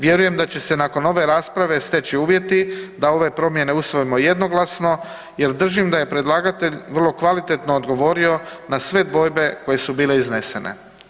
Vjerujem da će se nakon ove rasprave steći uvjeti da ove promjene usvojimo jednoglasno jer držim da je predlagatelj vrlo kvalitetno odgovorio na sve dvojbe koje su bile iznesene.